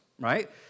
right